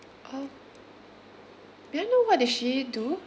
ah may I know what did she do